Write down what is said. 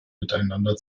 miteinander